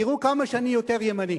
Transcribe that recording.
תראו כמה שאני יותר ימני.